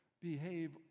behave